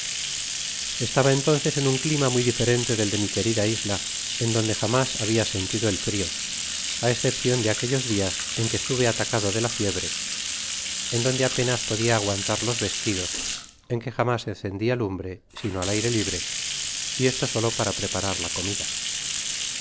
estaba entonces en un clima muy diferente del de mi muy querida isla en donde jamás habia sentido el frio á escepcion de aquellos dias en que estuve atacado de la fiebre en donde apenas podia aguantar los vestidos en que jamás encendia lumbre sino al aire libre y esto solo para preparar la comida